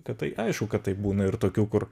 kad tai aišku kad taip būna ir tokių kur